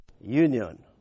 union